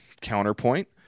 counterpoint